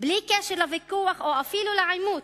בלי קשר לוויכוח או אפילו לעימות,